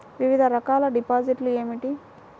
వివిధ రకాల డిపాజిట్లు ఏమిటీ?